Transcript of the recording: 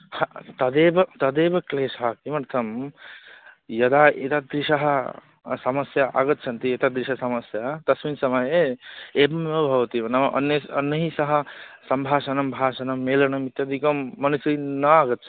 ह तदेव तदेव क्लेशः किमर्थं यदा एतादृशी समस्या आगच्छन्ति एतादृशी समस्या तस्मिन् समये एवमेव भवति नाम अन्यैःअन्यैः सह सम्भाषणं भाषणं मेलनम् इत्यादिकं मनसि न आगच्छन्ति